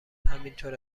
همینطور